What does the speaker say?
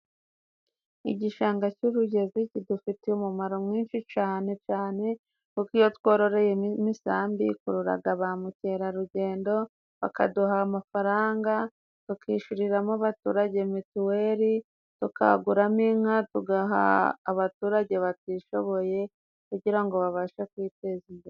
Igishanga cy'Urugezi, kidufitiye umumaro mwinshi cyane cyane, kuko iyo tworoye mo imisambi ikurura ba mukerarugendo, bakaduha amafaranga, tukishyuriramo baturage mituweli, tukaguramo inka tugaha abaturage batishoboye, kugira ngo babashe kwiteza imbere.